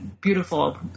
beautiful